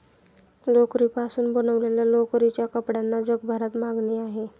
लोकरीपासून बनवलेल्या लोकरीच्या कपड्यांना जगभरात मागणी आहे